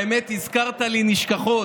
והאמת היא שהזכרת לי נשכחות.